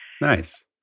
Nice